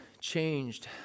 changed